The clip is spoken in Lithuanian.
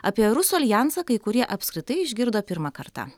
apie rusų aljansą kai kurie apskritai išgirdo pirmą kartą